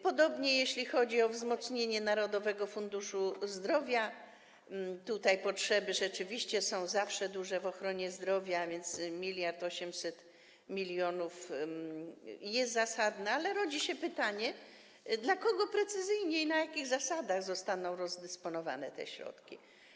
Podobnie jeśli chodzi o wzmocnienie Narodowego Funduszu Zdrowia - potrzeby rzeczywiście są zawsze duże w ochronie zdrowia, a więc 1800 mln jest zasadne, ale rodzi się pytanie, między kogo, precyzyjnie, i na jakich zasadach zostaną rozdysponowane te środki.